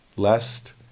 lest